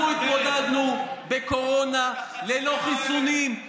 אנחנו התמודדנו בקורונה בלי חיסונים,